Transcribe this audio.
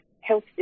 health